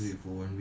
last